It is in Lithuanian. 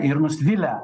ir nusvilę